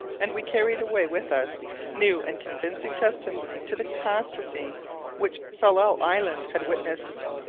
and we carried away with us new and convincing testimony to the catastrophe which tsalal island had witnessed.